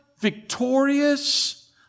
victorious